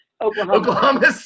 Oklahoma